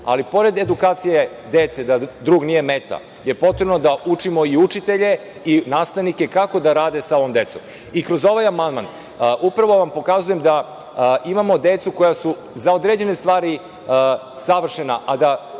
uče. Pored edukacije dece da drug nije meta je potrebno da učimo i učitelje, nastavnike kako da rade sa ovom decom. Kroz ovaj amandman upravo vam pokazujem da imamo decu koja su za određene stvari savršena,